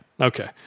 Okay